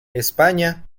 españa